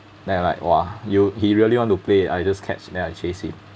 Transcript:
then I'm like !wah! you he really want to play I just catch then I chase it